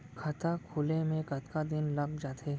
खाता खुले में कतका दिन लग जथे?